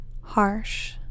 harsh